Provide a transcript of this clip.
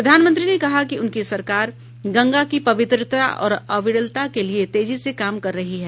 प्रधानमंत्री ने कहा कि उनकी सरकार गंगा की पवित्रता और अविरलता के लिए तेजी से काम कर रही है